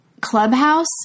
Clubhouse